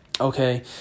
Okay